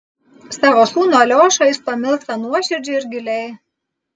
savo sūnų aliošą jis pamilsta nuoširdžiai ir giliai